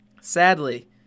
sadly